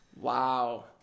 Wow